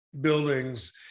buildings